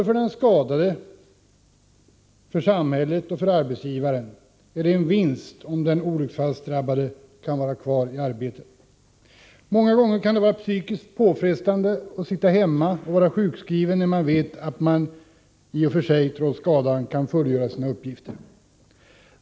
För den olycksdrabbade, för samhället och för arbetsgivaren är det en vinst om den olycksfallsdrabbade kan vara kvar på sitt arbete. Många gånger kan det vara psykiskt påfrestande att sitta hemma och vara sjukskriven när man vet att man i och för sig trots skadan kan fullgöra sina arbetsuppgifter.